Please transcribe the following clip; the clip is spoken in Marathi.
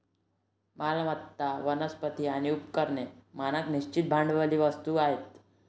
मालमत्ता, वनस्पती आणि उपकरणे मानक निश्चित भांडवली वस्तू आहेत